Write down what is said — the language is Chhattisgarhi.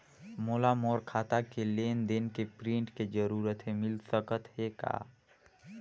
मोला मोर खाता के लेन देन के प्रिंट के जरूरत हे मिल सकत हे का?